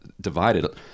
divided